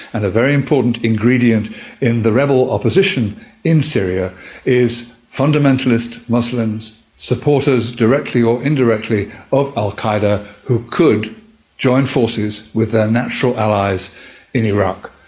and a very important ingredient in the rebel opposition in syria is fundamentalist muslims, supporters directly or indirectly of al qaeda, who could join forces with their natural allies in iraq.